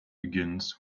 begins